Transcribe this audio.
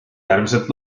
äärmiselt